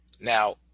Now